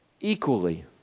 equally